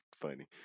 funny